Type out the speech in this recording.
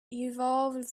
evolved